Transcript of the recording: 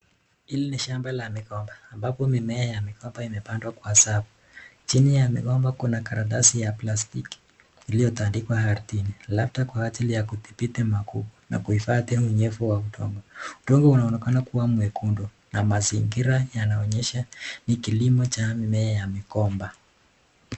Hili ni shamba la migomba ambapo mimea ya migomba imepandwa kwa safu, chini ya migomba kuna karatasi ya plastiki iliyotandikwa ardhini labda kwa ajili ya kudhibiti makuku na kuhifadhi unyevu wa udongo, udongo unaonekana kuwa mwekundu na mazingira yanaonyesha ni kilimo cha mimea ya migomba